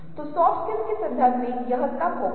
हमने कुछ समय पहले समोच्च के विषय में बात की थी